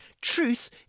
Truth